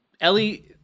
Ellie